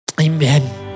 Amen